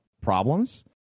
problems